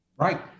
Right